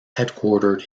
headquartered